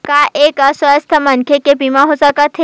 का एक अस्वस्थ मनखे के बीमा हो सकथे?